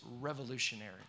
revolutionary